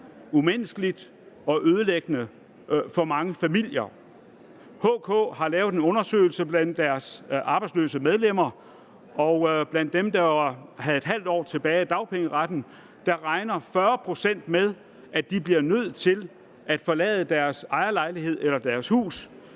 umenneskeligt og ødelæggende for mange familier. HK har lavet en undersøgelse blandt deres arbejdsløse medlemmer, og blandt dem, der har ½ år tilbage af dagpengeretten, regner 40 pct. med, at de bliver nødt til at forlade deres ejerlejlighed eller hus,